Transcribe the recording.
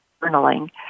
journaling